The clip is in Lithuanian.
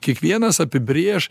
kiekvienas apibrėžt